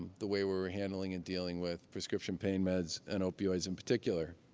the way we were handling and dealing with prescription pain meds, and opioids in particular.